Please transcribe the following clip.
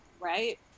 Right